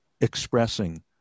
expressing